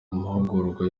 amahugurwa